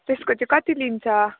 त्यसको चाहिँ कति लिन्छ